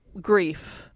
grief